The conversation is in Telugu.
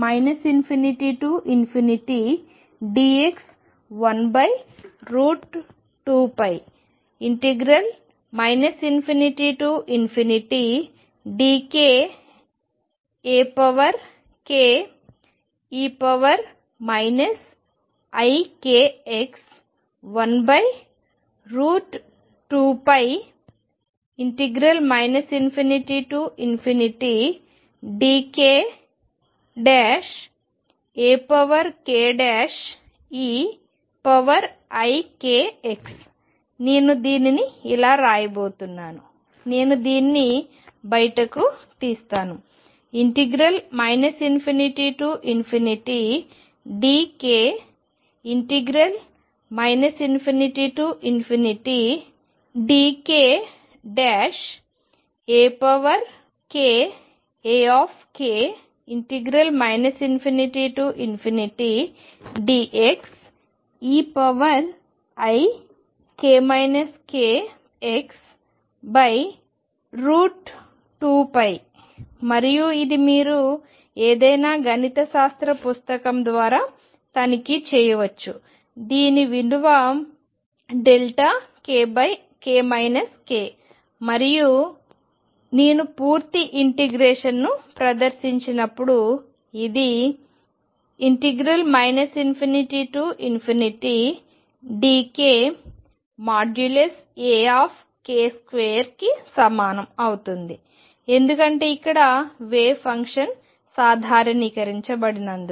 ∞ xxdx ∞ dx 12π ∞ dk Ake ikx12π ∞ dk Akeikx నేను దీనిని ఇలా రాయబోతున్నాను నేను దీన్ని బయటకు తీస్తాను ∞dk ∞dkAkAk ∞ dx eik kx2π మరియు ఇది మీరు ఏదైనా గణిత శాస్త్ర పుస్తకం ద్వారా తనిఖీ చేయవచ్చు దీని విలువ δk k మరియు కాబట్టి నేను పూర్తి ఇంటిగ్రేషన్ను ప్రదర్శించినప్పుడు ఇది ∞ dk Ak2 కి సమానం అవుతుంది ఎందుకంటే ఇక్కడ వేవ్ ఫంక్షన్ సాధారణీకరించబడినంది